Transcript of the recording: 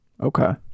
Okay